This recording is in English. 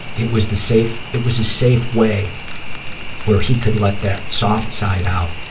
it was the safe, it was a safe way where he could let that soft side out